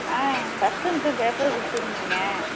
ah first mid term paper கொடுத்துருந்திங்க